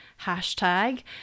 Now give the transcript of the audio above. hashtag